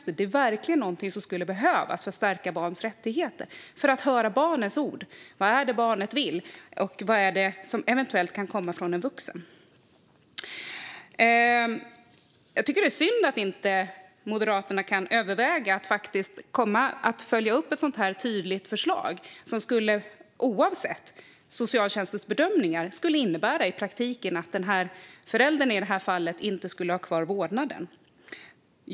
Detta är verkligen någonting som skulle behövas för att stärka barns rättigheter och för att höra barnets ord. Vad är det barnet vill, och vad är det som eventuellt kan komma från en vuxen? Jag tycker att det är synd att Moderaterna inte kan överväga att följa upp ett sådant här tydligt förslag, som oavsett socialtjänstens bedömningar i praktiken skulle innebära att föräldern i det här fallet inte skulle ha kvar vårdnaden.